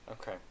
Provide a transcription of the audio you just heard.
Okay